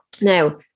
Now